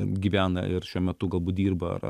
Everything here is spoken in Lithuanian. gyvena ir šiuo metu galbūt dirba ar